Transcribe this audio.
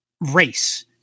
race